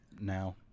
now